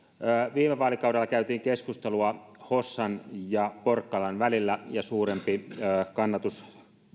viime vaalikaudella käytiin keskustelua hossan ja porkkalan välillä ja suurempi kannatus